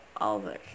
over